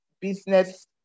Business